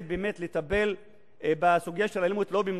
באמת לטפל בסוגיה של האלימות לא במנותק,